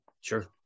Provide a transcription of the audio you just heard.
Sure